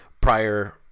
prior